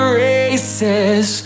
races